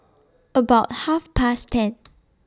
about Half Past ten